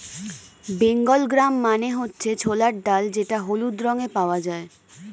Bengal gram মানে হচ্ছে ছোলার ডাল যেটা হলুদ রঙে পাওয়া যায়